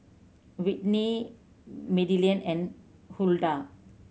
Whitney Madilynn and Huldah